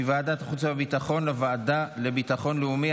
מוועדת חוץ וביטחון לוועדה לביטחון לאומי.